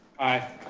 aye.